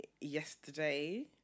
yesterday